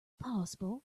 possible